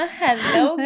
hello